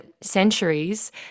centuries